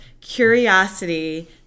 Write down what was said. curiosity